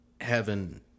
heaven